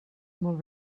molt